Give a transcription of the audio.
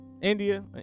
India